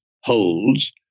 holds